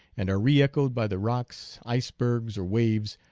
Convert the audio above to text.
and are reechoed by the rocks, icebergs, or waves,